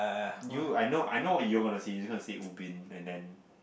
you I know I know what you're gonna say you're just gonna say Ubin and then